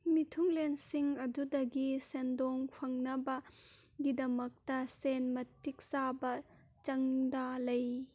ꯃꯤꯊꯨꯡꯂꯦꯟꯁꯤꯡ ꯑꯗꯨꯗꯒꯤ ꯁꯦꯟꯗꯣꯡ ꯐꯪꯅꯕꯒꯤꯗꯃꯛꯇ ꯁꯦꯟ ꯃꯇꯤꯛ ꯆꯥꯕ ꯆꯥꯡꯗ ꯂꯩ